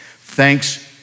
Thanks